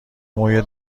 موی